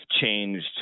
changed